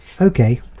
Okay